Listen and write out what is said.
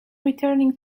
returning